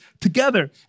together